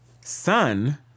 sun